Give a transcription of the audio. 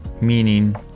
meaning